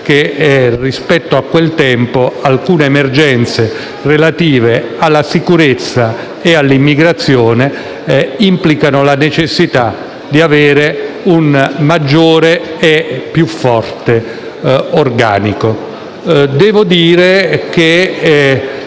che, rispetto a quel tempo, alcune emergenze relative alla sicurezza e all'immigrazione implichino la necessità di avere un organico maggiore e più forte. Con riferimento